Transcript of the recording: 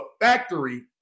factory